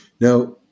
Now